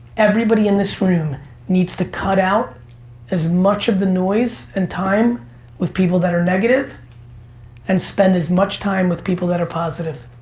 everybody in this room needs to cut out as much of the noise and time with people that are negative and spend as much time with people that are positive.